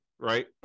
Right